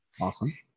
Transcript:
Awesome